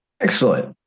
Excellent